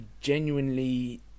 genuinely